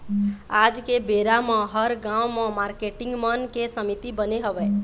आज के बेरा म हर गाँव म मारकेटिंग मन के समिति बने हवय